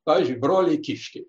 pavyzdžiui broliai kiškiai